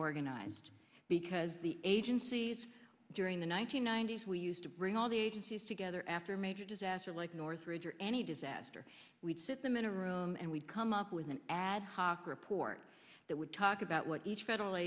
organized because the agencies during the one nine hundred ninety s we used to bring all the agencies together after a major disaster like northridge or any disaster we'd sit them in a room and we'd come up with an ad hoc report that would talk about what each federal